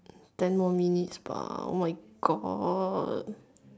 ten more minutes per oh my god